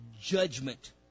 judgment